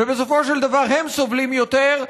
ובסופו של דבר הם סובלים יותר,